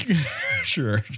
Sure